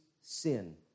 sin